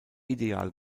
ideal